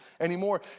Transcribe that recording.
anymore